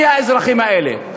מי האזרחים האלה?